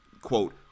quote